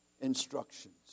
instructions